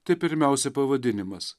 tai pirmiausia pavadinimas